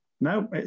No